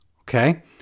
Okay